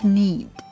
need